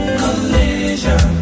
collision